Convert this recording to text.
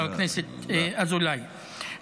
חבר הכנסת אזולאי.